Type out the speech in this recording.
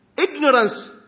Ignorance